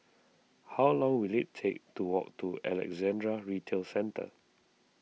how long will it take to walk to Alexandra Retail Centre